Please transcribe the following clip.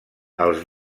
els